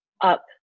up